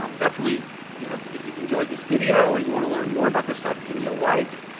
um definitely you know if if you've enjoyed this video or you want to learn more about this stuff, give me a like.